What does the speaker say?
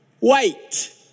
wait